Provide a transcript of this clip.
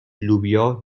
لوبیا